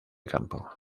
campo